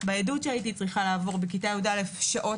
בעדות שהייתי צריכה לעבור בכיתה י"א שעות